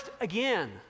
again